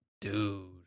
Dude